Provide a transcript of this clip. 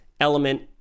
element